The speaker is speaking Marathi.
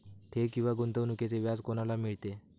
ठेव किंवा गुंतवणूकीचे व्याज कोणाला मिळते?